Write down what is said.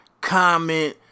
comment